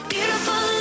Beautiful